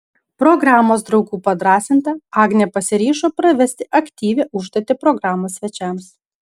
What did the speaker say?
programos draugų padrąsinta agnė pasiryžo pravesti aktyvią užduotį programos svečiams